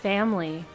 Family